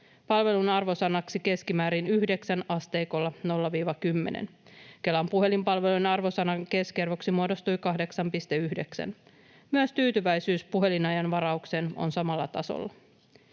palvelun arvosanaksi keskimäärin 9 asteikolla 0—10. Kelan puhelinpalvelujen arvosanan keskiarvoksi muodostui 8,9. Myös tyytyväisyys puhelinajanvaraukseen on samalla tasolla.